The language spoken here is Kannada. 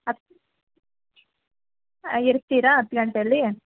ಹತ್ ಇರ್ತೀರಾ ಹತ್ತು ಗಂಟೆಯಲ್ಲಿ